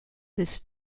this